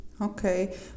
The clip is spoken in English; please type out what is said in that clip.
Okay